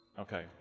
Okay